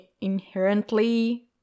inherently